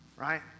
right